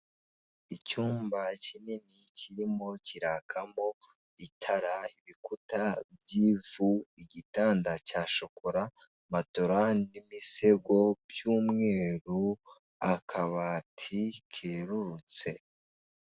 Icyumba kinini kirimo kirakamo itara ibikuta by'ivu igitanda cya shokola, matola n'imisego by'umweru, akabati kerurutse.